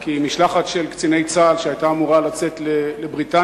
כי משלחת של קציני צה"ל שהיתה אמורה לצאת לבריטניה